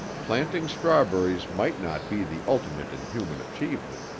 planting strawberries might not be the ultimate in human achievement,